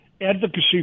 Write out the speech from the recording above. advocacy